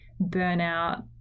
burnout